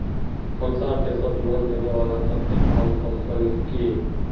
हमसार देशत लोन देने बला सबसे अहम कम्पनी क